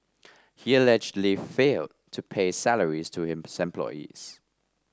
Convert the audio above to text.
he allegedly failed to pay salaries to his employees